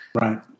Right